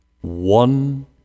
one